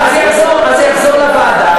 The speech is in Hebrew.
אז זה יחזור לוועדה,